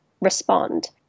respond